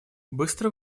быстро